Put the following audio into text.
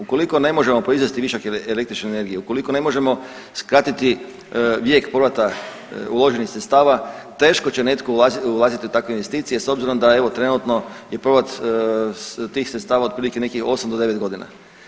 Ukoliko ne možemo proizvesti višak električne energije, ukoliko ne možemo skratiti vijek povrata uloženih sredstava teško će netko ulaziti u takve investicije s obzirom da evo trenutno je povrat tih sredstava otprilike 8 do 9 godina.